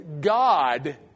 God